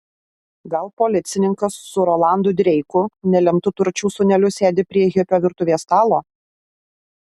gal policininkas su rolandu dreiku nelemtu turčių sūneliu sėdi prie hipio virtuvės stalo